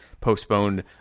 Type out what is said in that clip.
postponed